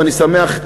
ואני שמח,